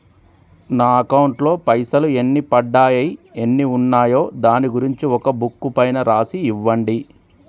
నా అకౌంట్ లో పైసలు ఎన్ని పడ్డాయి ఎన్ని ఉన్నాయో దాని గురించి ఒక బుక్కు పైన రాసి ఇవ్వండి?